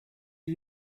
you